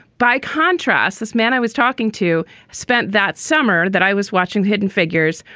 by contrast, this man i was talking to spent that summer that i was watching hidden figures,